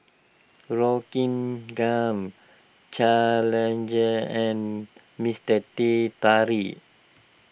Rockingham Challenger and Mister Teh Tarik